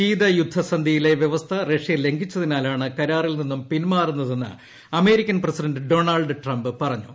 ശീതയുദ്ധ സന്ധിയിലെ വ്യവസ്ഥ റഷ്യ ലംഘിച്ചതിനാലാണ് കരാറിൽ നിന്നും പിൻമാറുന്നതെന്ന് അമേരിക്കൻ പ്രസിഡന്റ് ഡൊണാൾഡ് ട്രൂപ് പറഞ്ഞു